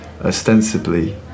ostensibly